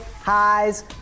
highs